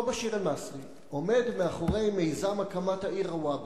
אותו באשיר אל-מצרי עומד מאחורי מיזם הקמת העיר רוואבי,